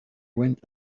went